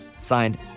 Signed